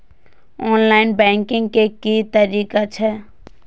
Online banking के की तरीका छै?